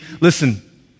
Listen